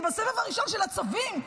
שבסבב הראשון של הצווים,